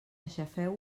aixafeu